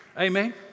Amen